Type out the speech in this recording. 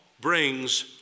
brings